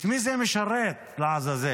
את מי זה משרת, לעזאזל?